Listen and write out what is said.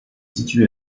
situé